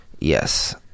Yes